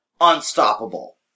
Unstoppable